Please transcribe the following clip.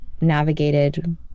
navigated